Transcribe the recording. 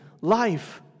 life